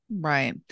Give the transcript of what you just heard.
right